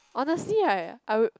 honestly I I would